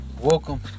Welcome